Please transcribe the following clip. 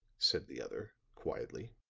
said the other, quietly.